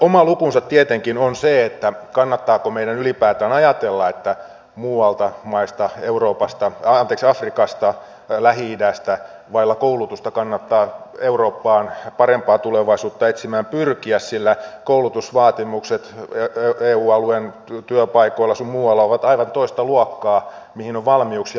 oma lukunsa tietenkin on se kannattaako meidän ylipäätään ajatella että muualta maista afrikasta lähi idästä vailla koulutusta kannattaa eurooppaan parempaa tulevaisuutta etsimään pyrkiä sillä koulutusvaatimukset eu alueen työpaikoilla sun muualla ovat aivan toista luokkaa kuin mihin on valmiuksia lähtömaissa